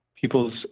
People's